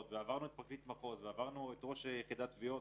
ועברנו פרקליט מחוז ועברנו את ראש יחידת התביעות